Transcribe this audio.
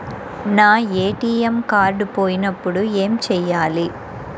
నా ATM card పోయినప్పుడు ఏమి చేయాలి?